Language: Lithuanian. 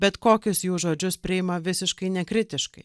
bet kokius jų žodžius priima visiškai nekritiškai